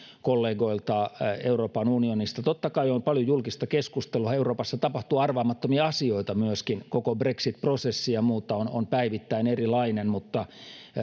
kollegoilta euroopan unionista totta kai on paljon julkista keskustelua euroopassa tapahtuu arvaamattomia asioita myöskin koko brexit prosessi on on päivittäin erilainen mutta